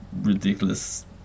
ridiculous